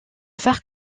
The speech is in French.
phare